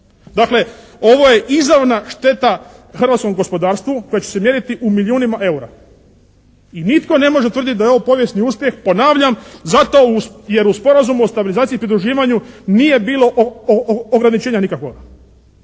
Dakle ovo je izravna šteta hrvatskom gospodarstvu koje će se mjeriti u milijunima eura i nitko ne može tvrditi da je ovo povijesni uspjeh ponavljam, zato jer u Sporazumu o stabilizaciji i pridruživanju nije bilo ograničenja nikakvoga.